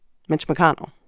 mitch mcconnell